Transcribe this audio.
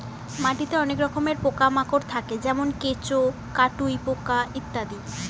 মাটিতে অনেক রকমের পোকা মাকড় থাকে যেমন কেঁচো, কাটুই পোকা ইত্যাদি